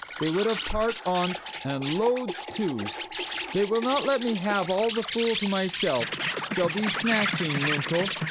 they would have part on't and loads too they will not let me have all the fool to myself they'll be snatching nuncle,